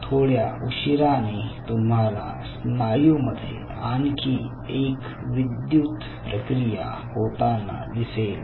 थोड्या उशिराने तुम्हाला स्नायूमध्ये आणखी एक विद्युत प्रक्रिया होताना दिसेल